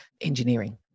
engineering